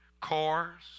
Cars